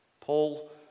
Paul